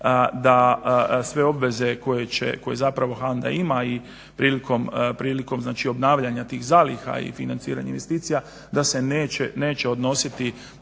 da sve obveze koje zapravo HANDA ima i prilikom znači obnavljanja tih zaliha i financiranja investicija da se neće odnositi